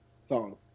song